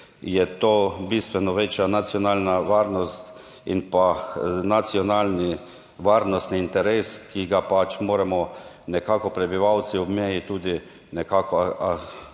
ker je to bistveno večja nacionalna varnost in pa nacionalni varnostni interes, ki ga pač moramo nekako prebivalci ob meji tudi nekako,